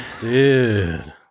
dude